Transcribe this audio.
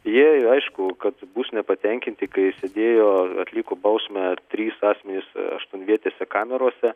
jie jau aišku kad bus nepatenkinti kai sėdėjo atliko bausmę trys asmenys aštuonvietėse kamerose